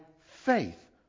faith